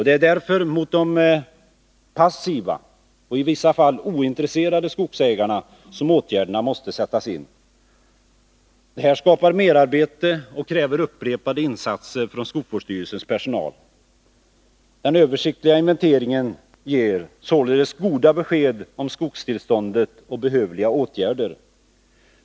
Det är därför mot de passiva och i vissa fall ointresserade skogsägarna som åtgärderna måste sättas in. Detta skapar merarbete och kräver upprepade insatser från skogsvårdsstyrelsens personal. Den översiktliga inventeringen ger således goda besked om skogstillståndet och behövliga åtgärder.